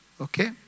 Okay